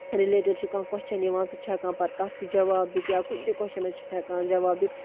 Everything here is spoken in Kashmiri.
رِلیٹِڈ چھُ کانٛہہ کوسچن یِوان سُہ چھُ ہٮ۪کان پَتہٕ تَتھ تہِ جَواب دِتھ یا کُنہِ تہِ کوسچنَس چھُ سُہ ہٮ۪کان سُہ جَواب دِتھ